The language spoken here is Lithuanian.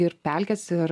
ir pelkės ir